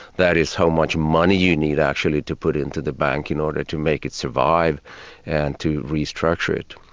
that is, how much money you need actually to put into the bank in order to make it survive and to restructure it.